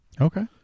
Okay